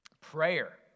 Prayer